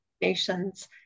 nations